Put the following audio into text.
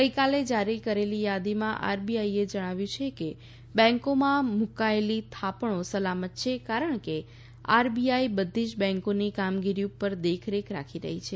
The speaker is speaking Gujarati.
ગઈકાલે જારી કરેલી યાદીમાં આરબીઆઈએ જણાવ્યું છે કે બેન્કોમાં મૂકાયેલી થાપણો સલામત છે કારણ કે આરબીઆઈ બધી જ બેન્કોની કામગીરી ઉપર દેખરેખ રાખી રહી છે